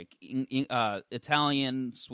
Italian